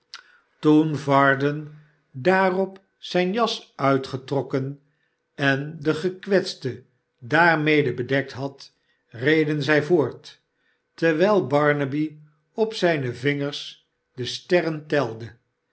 toen varden daarop zijn jas uitgetrokken en den gekwetste daarmede bedekt had reden zij voort teiwijl barnaby op zijne vingers de sterren telde